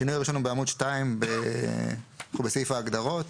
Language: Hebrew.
השינוי הראשון הוא בעמוד 2, בסעיף ההגדרות.